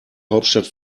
hauptstadt